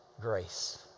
Grace